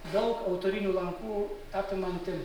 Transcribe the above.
daug autorinių lankų apimanti